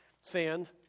Sand